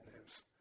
news